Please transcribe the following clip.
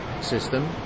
system